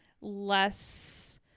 less